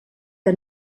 que